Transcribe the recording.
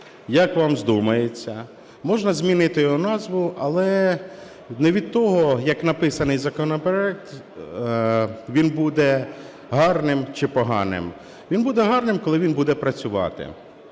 як вам вздумається, можна змінити його назву, але не від того, як написаний законопроект, він буде гарним чи поганим. Він буде гарним, коли він буде працювати.